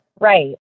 right